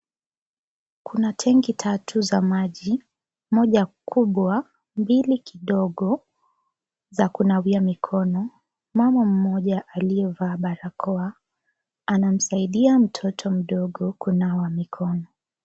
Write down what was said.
Kuna tenki tatu za maji, moja kubwa, mbili kidogo za kunawia mikono, mama mmoja aliyeva baŕakoa anamsaidia mtoto mdogo kunawa mikono.